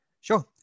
Sure